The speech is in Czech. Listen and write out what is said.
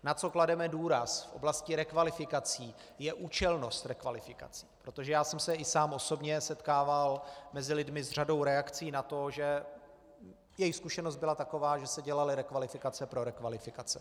Na co klademe důraz v oblasti rekvalifikací, je účelnost rekvalifikace, protože já jsem se i sám osobně setkával mezi lidmi s řadou reakcí na to, že jejich zkušenost byla taková, že se dělaly rekvalifikace pro rekvalifikace.